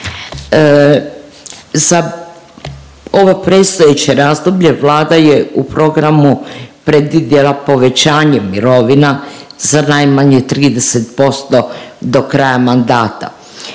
Za ovo predstojeće razdoblje, Vlada je u programu predvidjela povećanje mirovina za najmanje 30% do kraja mandata,